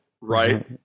right